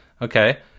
Okay